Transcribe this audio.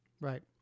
Right